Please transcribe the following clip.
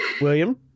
william